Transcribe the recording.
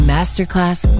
Masterclass